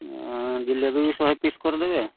ଜିଲାପି ଶହେ ପିସ କରିଦେବେ